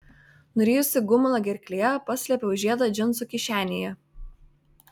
nurijusi gumulą gerklėje paslėpiau žiedą džinsų kišenėje